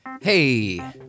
Hey